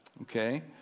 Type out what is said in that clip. Okay